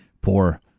poor